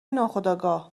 ناخودآگاه